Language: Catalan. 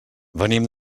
venim